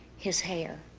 his hair!